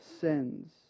sins